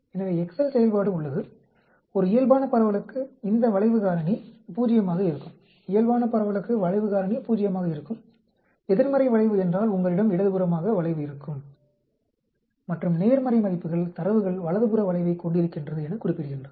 எனவே எக்செல் செயல்பாடு உள்ளது ஒரு இயல்பான பரவலுக்கு இந்த வளைவு காரணி 0 ஆக இருக்கும் இயல்பான பரவலுக்கு வளைவு காரணி பூஜ்ஜியமாக இருக்கும் எதிர்மறை வளைவு என்றால் உங்களிடம் இடதுபுறமாக வளைவு இருக்கும் மற்றும் நேர்மறை மதிப்புகள் தரவுகள் வலதுபுற வளைவைக் கொண்டிருக்கின்றது என குறிப்பிடுகின்றது